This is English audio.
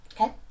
Okay